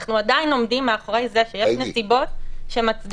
אנחנו עדיין עומדים מאחורי זה שיש נסיבות שמצדיקות